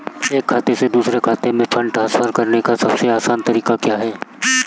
एक खाते से दूसरे खाते में फंड ट्रांसफर करने का सबसे आसान तरीका क्या है?